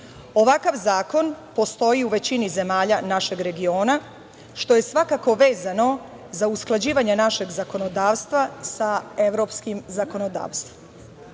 Ovakav zakon postoji u većini zemalja našeg regiona, što je svakako vezano za usklađivanje našeg zakonodavstva sa evropskim zakonodavstvom. Radna